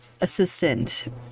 assistant